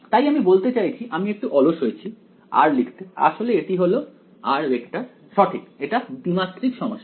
তাই আমি বলতে চাইছি আমি একটু অলস হয়েছি r লিখতে আসলে এটি হলো সঠিক এটা দ্বিমাত্রিক সমস্যা